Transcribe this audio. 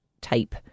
type